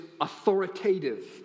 authoritative